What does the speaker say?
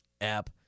app